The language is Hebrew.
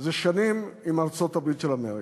זה שנים, עם ארצות-הברית של אמריקה.